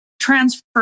transfer